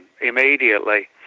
immediately